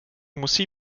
musí